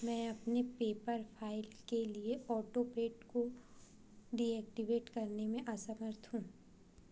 मैं अपने paper file के लिए ऑटोपेड को डीएक्टिवेट करने में असमर्थ हूँ